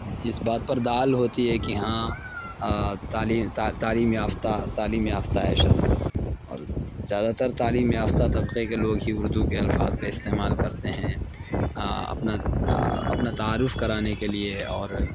اس بات پر دال ہوتی ہے کہ ہاں تعلیم یافتہ تعلیم یافتہ ہے شخص اور زیادہ تر تعلیم یافتہ طبقے کے لوگ ہی اردو کے الفاظ کا استعمال کرتے ہیں اپنا اپنا تعارف کرانے کے لیے اور